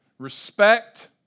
respect